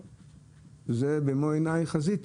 זה במו עיניי חזיתי.